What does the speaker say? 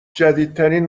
جدیدترین